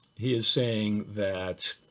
he is saying that,